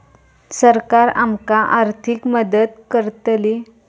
सरकार आमका आर्थिक मदत करतली?